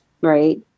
right